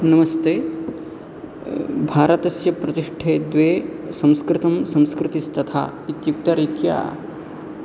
नमस्ते भारतस्य प्रतिष्ठे द्वे संस्कृतं संस्कृतिस्तथा इत्युक्तरीत्या